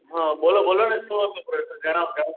હં બોલો બોલો ને શું હતું જણાવો જણાવો